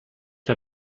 der